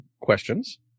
Questions